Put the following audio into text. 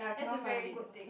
that's a very good thing